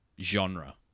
genre